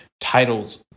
titles